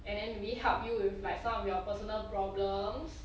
and then we help you with like some of your personal problems